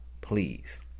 please